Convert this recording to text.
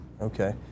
Okay